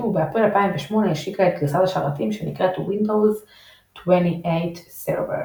ובאפריל 2008 השיקה את גרסת השרתים שנקראת Windows 2008 Server.